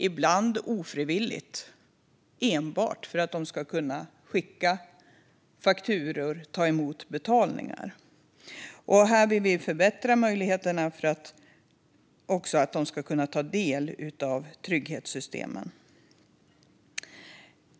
Ibland är de det ofrivilligt, enbart för att de ska kunna skicka fakturor och ta emot betalningar. Vi vill förbättra möjligheterna för dem att ta del av trygghetssystemen.